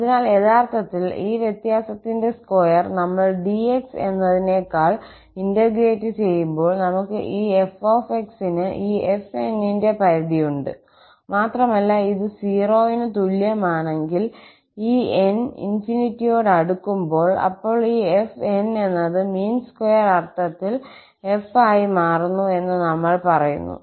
അതിനാൽ യഥാർത്ഥത്തിൽ ഈ വ്യത്യാസത്തിന്റെ സ്ക്വയർ നമ്മൾ 𝑑𝑥 എന്നതിനേക്കാൾ ഇന്റഗ്രേറ്റ് ചെയ്യുമ്പോൾ നമുക്ക് ഈ 𝑓𝑥ന് ഈ 𝑓𝑛 ന്റെ പരിധി ഉണ്ട് മാത്രമല്ല ഇത് 0 ന് തുല്യമാണെങ്കിൽ ഈ n ∞യോട് അടുക്കുമ്പോൾ അപ്പോൾ ഈ 𝑓𝑛 എന്നത് മീൻ സ്ക്വയർ അർത്ഥത്തിൽ 𝑓 ആയി മാറുന്നു എന്ന് ഞങ്ങൾ പറയുന്നു